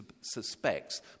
suspects